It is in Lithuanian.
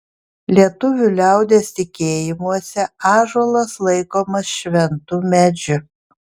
lietuvių liaudies tikėjimuose ąžuolas laikomas šventu medžiu